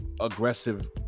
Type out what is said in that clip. aggressive